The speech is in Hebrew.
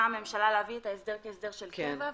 הממשלה להביא את ההסדר כהסדר של קבע,